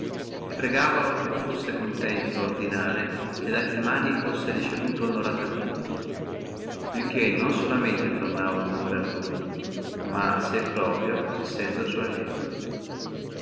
e servidori e pregavalo fussi contento ordinare che da firmiani fussi ricevuto onoratamente il che non solamente tornava onore a lui ma a sé proprio sendo suo allievo